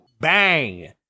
Bang